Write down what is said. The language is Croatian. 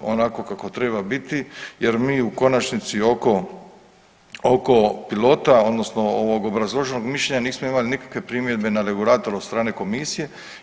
onako kako treba biti jer mi u konačnici oko pilota odnosno ovog obrazloženog mišljenja nismo imali nikakve primjedbe na regulator od strane Komisije.